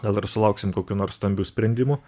gal ir sulauksim kokių nors stambių sprendimų